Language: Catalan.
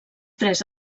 tres